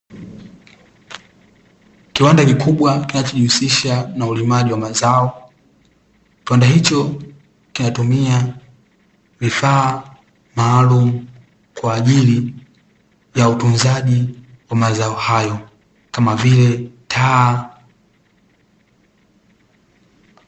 Kiwanda kikubwa kinachojihusisha na ulimaji wa mazao, kiwanda hicho kinatumia vifaa maalumu kwa ajili ya utunzaji wa mazao hayo, kama vile taa.